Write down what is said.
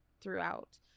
throughout